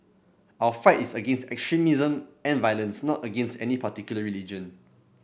our fight is against extremism and violence not against any particular religion